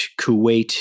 Kuwait